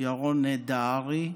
ירון דהרי.